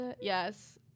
Yes